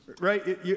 Right